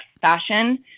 fashion